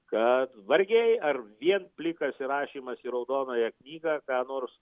kad vargiai ar vien plikas įrašymas į raudonąją knygą ką nors